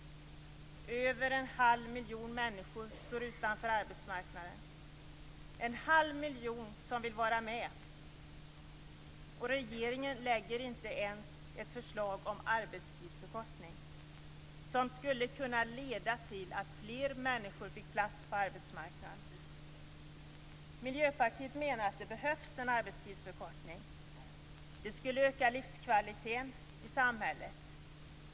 Över en halv miljon människor står utanför arbetsmarknaden - en halv miljon som vill vara med. Men regeringen lägger inte ens fram ett förslag om arbetstidsförkortning, som skulle kunna leda till att fler människor fick plats på arbetsmarknaden. Miljöpartiet menar att en arbetstidsförkortning behövs. Det skulle öka livskvaliteten i samhället.